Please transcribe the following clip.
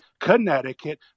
Connecticut